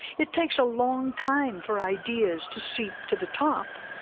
it takes a long time for ideas to seep to the top,